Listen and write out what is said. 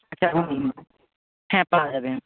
আচ্ছা বলুন হ্যাঁ পাওয়া যাবে